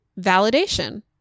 validation